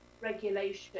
regulation